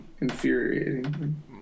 infuriating